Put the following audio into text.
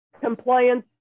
compliance